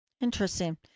interesting